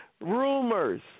rumors